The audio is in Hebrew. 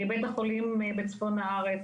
בית החולים בצפון הארץ,